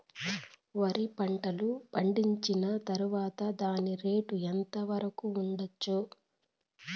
వరి పంటలు పండించిన తర్వాత దాని రేటు ఎంత వరకు ఉండచ్చు